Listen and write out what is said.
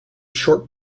short